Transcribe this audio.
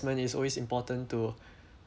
and it's always important to